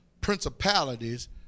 principalities